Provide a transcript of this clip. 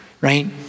right